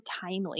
timely